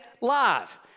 live